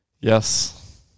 Yes